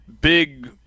big